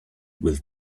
with